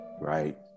right